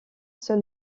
seul